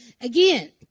Again